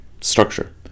structure